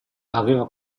aveva